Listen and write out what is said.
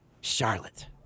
charlotte